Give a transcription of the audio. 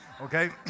okay